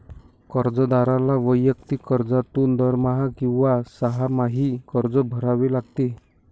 कर्जदाराला वैयक्तिक कर्जातून दरमहा किंवा सहामाही कर्ज भरावे लागते